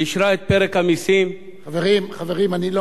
היא אישרה את פרק המסים,